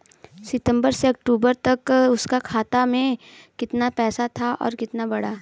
सितंबर से अक्टूबर तक उसका खाता में कीतना पेसा था और कीतना बड़ा?